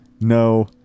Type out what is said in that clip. No